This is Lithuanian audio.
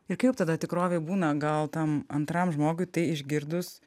ir kaip tada tikrovėj būna gal tam antram žmogui tai išgirdus